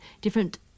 different